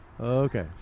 Okay